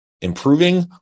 improving